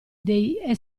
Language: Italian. dei